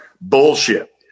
bullshit